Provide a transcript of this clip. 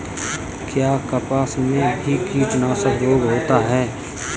क्या कपास में भी कीटनाशक रोग होता है?